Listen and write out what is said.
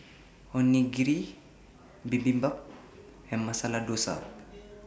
Onigiri Bibimbap and Masala Dosa